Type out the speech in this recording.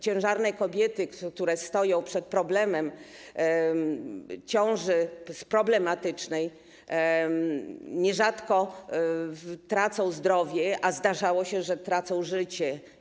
Ciężarne kobiety, które stoją przed problemem ciąży problematycznej, nierzadko tracą zdrowie, a zdarzało się, że tracą życie.